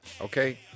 Okay